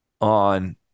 on